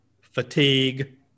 fatigue